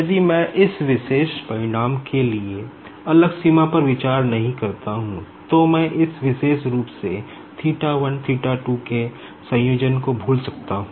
यदि मैं इस विशेष परिणाम के लिए अलग सीमा पर विचार नहीं करता हूं तो मैं इस विशेष रूप से के संयोजन को भूल सकता हूं